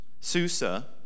Susa